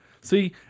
See